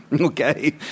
Okay